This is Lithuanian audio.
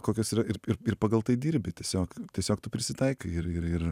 kokios yra ir ir ir pagal tai dirbi tiesiog tiesiog tu prisitaikai ir ir ir